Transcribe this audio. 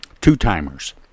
two-timers